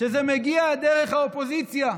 שזה מגיע דרך האופוזיציה.